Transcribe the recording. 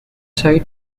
site